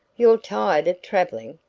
you're tired of travelling?